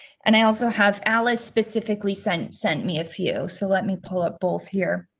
and i also have alice specifically sent sent me a few. so, let me pull up both here.